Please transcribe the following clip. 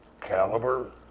caliber